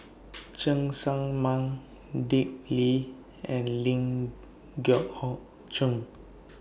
Cheng Tsang Man Dick Lee and Ling Geok Choon